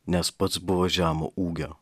nes pats buvo žemo ūgio